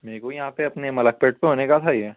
میرے کو یہاں پہ اپنے ملک پٹ پہ ہونے کا بھئی